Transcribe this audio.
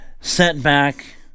setback